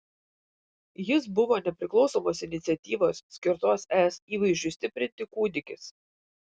jis buvo nepriklausomos iniciatyvos skirtos es įvaizdžiui stiprinti kūdikis